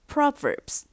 Proverbs